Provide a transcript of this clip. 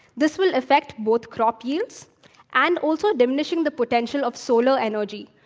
this will affect both crop use and also diminishing the potential of solar energy,